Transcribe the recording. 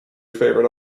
favourite